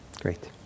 Great